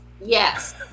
yes